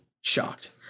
Shocked